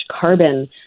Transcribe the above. carbon